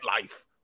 life